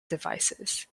devices